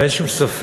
ואין שום ספק